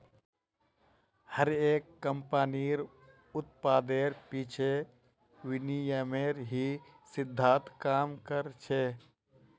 हर एक कम्पनीर उत्पादेर पीछे विनिमयेर ही सिद्धान्त काम कर छे